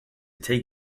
take